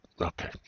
Okay